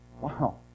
Wow